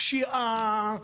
על פשיעה,